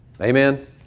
Amen